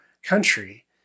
country